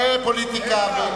זה פוליטיקה.